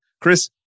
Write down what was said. Chris